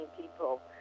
people